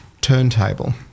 turntable